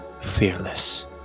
fearless